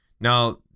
Now